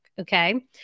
Okay